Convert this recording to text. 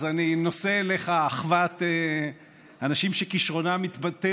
אז אני נושא אליך אחוות אנשים שכישרונם התבטא